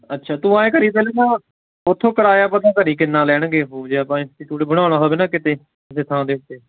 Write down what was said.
ਅੱਛਾ ਤੂੰ ਐਂ ਕਰੀ ਪਹਿਲਾਂ ਨਾ ਉੱਥੋਂ ਕਿਰਾਇਆ ਪਤਾ ਕਰੀ ਕਿੰਨਾ ਲੈਣਗੇ ਉਹ ਜੇ ਆਪਾਂ ਇੰਸਟੀਟਿਊਟ ਬਣਾਉਣਾ ਹੋਵੇ ਨਾ ਕਿਤੇ ਕਿਸੇ ਥਾਂ ਦੇਖ ਕੇ